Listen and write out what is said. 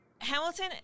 Hamilton